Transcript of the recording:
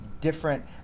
different –